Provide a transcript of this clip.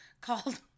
called